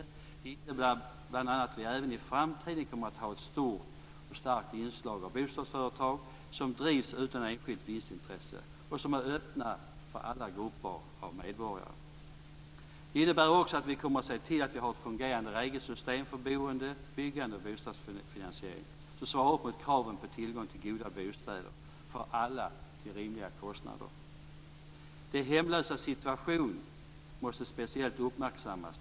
Det innebär bl.a. att vi även i framtiden kommer att ha ett stort och starkt inslag av bostadsföretag som drivs utan enskilt vinstintresse och som är öppna för alla grupper av medborgare. Det innebär också att vi kommer att se till att vi har ett fungerande regelsystem för boende, byggande och bostadsfinansiering som svarar upp mot kraven på tillgång till goda bostäder för alla till rimliga kostnader. De hemlösas situation måste speciellt uppmärksammas.